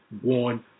one